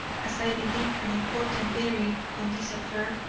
as i believe, an important bearing on this affair,